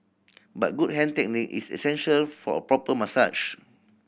but good hand technique is essential for a proper massage